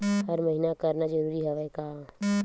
हर महीना करना जरूरी हवय का?